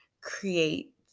create